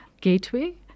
gateway